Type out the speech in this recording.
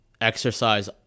exercise